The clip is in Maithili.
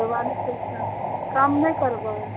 चौआलिस रुपैआ कम नहि करबै